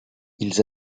ils